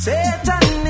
Satan